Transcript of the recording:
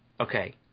Okay